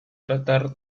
tratar